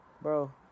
bro